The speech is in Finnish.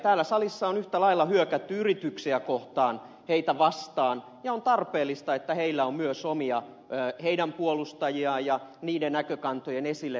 täällä on yhtä lailla hyökätty yrityksiä kohtaan niitä vastaan ja on tarpeellista että niillä on myös omia puolustajia ja niiden näkökantojen esille nostajia